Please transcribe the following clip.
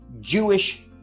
Jewish